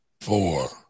four